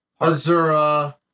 Azura